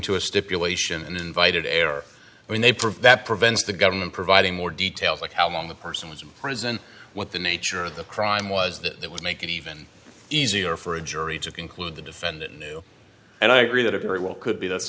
to a stipulation and invited error when they prove that prevents the government providing more details like how long the person was in prison what the nature of the crime was that would make it even easier for a jury to conclude the defendant knew and i agree that it very well could be that's